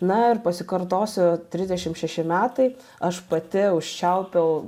na ir pasikartosiu trisdešim šeši metai aš pati užčiaupiau